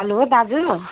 hello दाजु